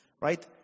Right